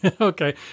Okay